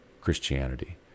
Christianity